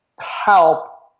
help